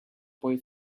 boy